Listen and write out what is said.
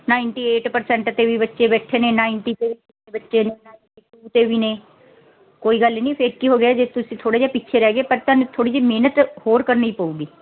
ninety eight percent 'ਤੇ ਵੀ ਬੱਚੇ ਬੈਠੇ ਨੇ ਨਾਈਨਟੀ 'ਤੇ ਵੀ ਬੱਚੇ ਨੇ ਨਾਈਨਟੀ ਟੂ 'ਤੇ ਵੀ ਨੇ ਕੋਈ ਗੱਲ ਨਹੀਂ ਫਿਰ ਕੀ ਹੋ ਗਿਆ ਜੇ ਤੁਸੀਂ ਥੋੜ੍ਹੇ ਜਿਹੇ ਪਿੱਛੇ ਰਹਿ ਗਏ ਪਰ ਤੁਹਾਨੂੰ ਥੋੜ੍ਹੀ ਜਿਹੀ ਮਿਹਨਤ ਹੋਰ ਕਰਨੀ ਪਊਗੀ